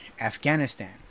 Afghanistan